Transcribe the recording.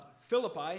Philippi